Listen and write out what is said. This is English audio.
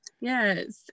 yes